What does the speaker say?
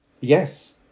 Yes